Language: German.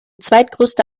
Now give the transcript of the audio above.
zweitgrößte